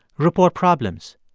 report problems.